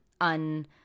un